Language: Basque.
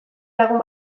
lagun